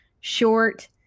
short